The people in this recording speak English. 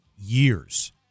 years